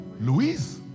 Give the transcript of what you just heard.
Louise